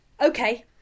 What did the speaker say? Okay